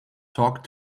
talk